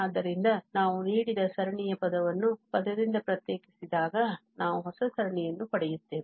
ಆದ್ದರಿಂದ ನಾವು ನೀಡಿದ ಸರಣಿಯ ಪದವನ್ನು ಪದದಿಂದ ಪ್ರತ್ಯೇಕಿಸಿದಾಗ ನಾವು ಹೊಸ ಸರಣಿಯನ್ನು ಪಡೆಯುತ್ತೇವೆ